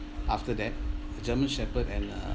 after that german shepherd and uh